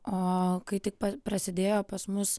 o kai tik prasidėjo pas mus